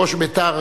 ראש בית"ר,